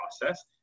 process